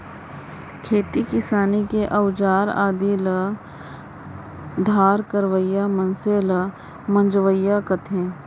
खेती किसानी के अउजार आदि ल धार करवइया मनसे ल मंजवइया कथें